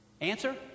Answer